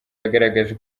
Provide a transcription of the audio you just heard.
yagaragaje